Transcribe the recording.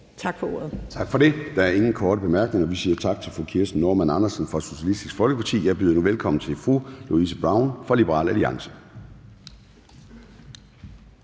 (Søren Gade): Tak for det. Der er ingen korte bemærkninger. Vi siger tak til fru Kirsten Normann Andersen fra Socialistisk Folkeparti. Jeg byder nu velkommen til fru Louise Brown fra Liberal Alliance.